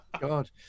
God